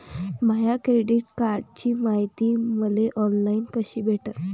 माया credit कार्डची मायती मले ऑनलाईन कसी भेटन?